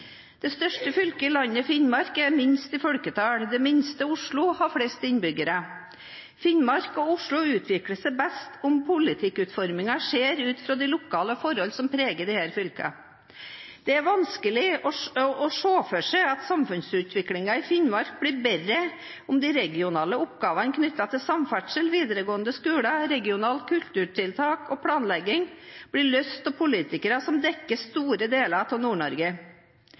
Det største fylket i landet, Finnmark, er minst i folketall. Det minste, Oslo, har flest innbyggere. Finnmark og Oslo utvikler seg begge best om politikkutformingen skjer ut fra de lokale forholdene som preger disse fylkene. Det er vanskelig å se for seg at samfunnsutviklingen i Finnmark blir bedre om de regionale oppgavene knyttet til samferdsel, videregående skoler, regionale kulturtiltak og planlegging blir løst av politikere som dekker store deler av